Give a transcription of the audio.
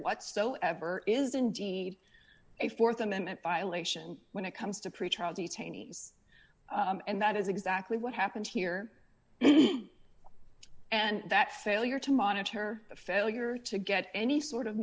whatsoever is indeed a th amendment violation when it comes to pretrial detainees and that is exactly what happened here and that failure to monitor the failure to get any sort of